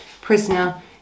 prisoner